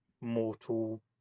mortal